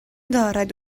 دارد